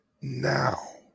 now